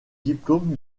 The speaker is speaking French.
diplôme